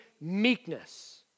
meekness